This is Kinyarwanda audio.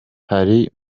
hari